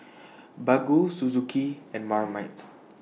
Baggu Suzuki and Marmite